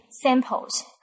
samples